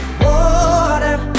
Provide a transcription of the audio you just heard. water